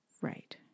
Right